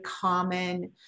common